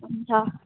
हुन्छ